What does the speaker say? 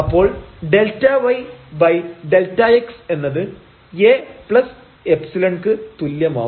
അപ്പോൾ ΔyΔx എന്നത് Aϵ ക്ക് തുല്യമാവും